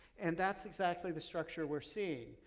and that's exactly the structure we're seeing,